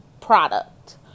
product